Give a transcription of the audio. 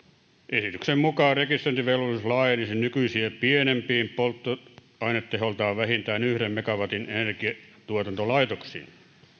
esityksen mukaan rekisteröintivelvollisuus laajenisi nykyisiä pienempiin polttoaineteholtaan vähintään yhden megawatin energiantuotantolaitoksiin